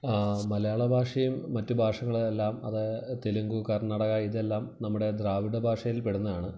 മലയാളഭാഷയും മറ്റ് ഭാഷകളെല്ലാം അത് തെലുങ്കു കർണാടക ഇതെല്ലാം നമ്മുടെ ദ്രാവിഡ ഭാഷയിൽ പെടുന്നതാണ്